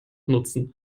nutzen